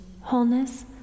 wholeness